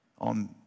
on